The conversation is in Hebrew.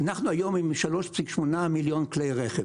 אנחנו היום עם 3.8 מיליון כלי רכב,